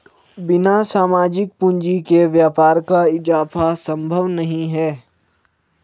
बिना सामाजिक पूंजी के व्यापार का इजाफा संभव नहीं है